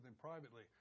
privately